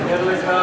אני ער לכך.